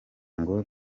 ngo